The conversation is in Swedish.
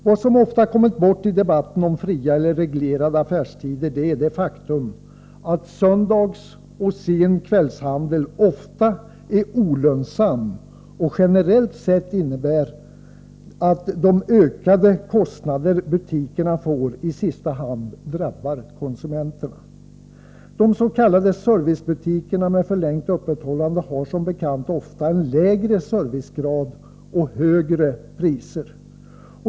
Vad som ofta kommit bort i debatten om fria eller reglerade affärstider är det faktum att söndagsoch sen kvällshandel ofta är olönsam och generellt sett innebär att de ökade kostnader butikerna får i sista hand drabbar konsumenterna. De s.k. servicebutikerna med förlängt öppethållande har som bekant ofta en lägre servicegrad och högre priser.